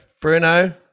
Bruno